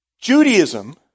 Judaism